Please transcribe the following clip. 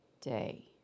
day